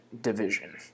division